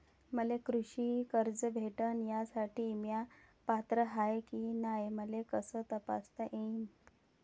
मले कृषी कर्ज भेटन यासाठी म्या पात्र हाय की नाय मले कस तपासता येईन?